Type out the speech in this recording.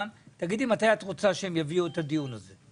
תגידי מתי את רוצה שהם יביאו את הדיון הזה.